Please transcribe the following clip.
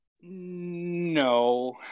no